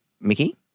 Mickey